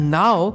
now